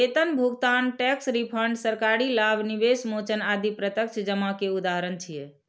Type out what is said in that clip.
वेतन भुगतान, tax refund, सरकारी लाभ, निवेश मोचन आदि प्रत्यक्ष जमा के उदाहरण छियै